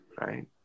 right